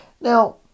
Now